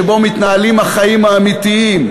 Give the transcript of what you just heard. שבו מתנהלים החיים האמיתיים,